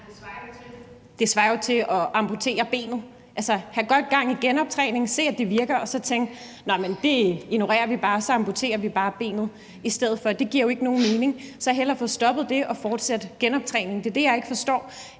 Det svarer jo til at amputere benet, altså have godt gang i genoptræningen og se, at det virker, og så tænke, at nå, men det ignorerer vi bare, og så amputerer vi benet i stedet for. Det giver jo ikke nogen mening. Så hellere få stoppet det og fortsætte genoptræningen. Det er det, jeg ikke forstår,